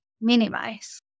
minimize